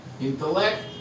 Intellect